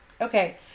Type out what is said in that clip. Okay